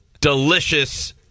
delicious